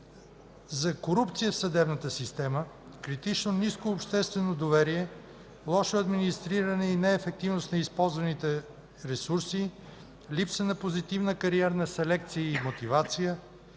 за корупция в съдебната система, критично ниско обществено доверие, лошо администриране и неефективност на използваните ресурси, липса на позитивна кариерна селекция и мотивация,